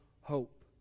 hope